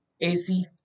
Ac